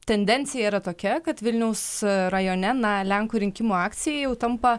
tendencija yra tokia kad vilniaus rajone na lenkų rinkimų akcija jau tampa